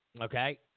Okay